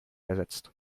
ersetzt